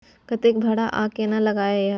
कतेक भाड़ा आ केना लागय ये?